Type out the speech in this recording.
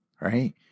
right